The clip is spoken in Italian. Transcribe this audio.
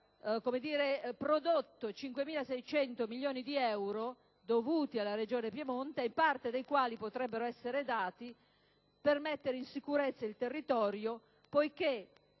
ha già prodotto 5.600 milioni di euro dovuti alla Regione Piemonte, parte dei quali potrebbero essere utilizzati per mettere in sicurezza il territorio.